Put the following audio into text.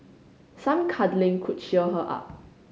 some cuddling could cheer her up